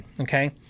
Okay